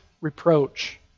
reproach